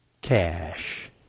cash